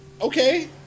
Okay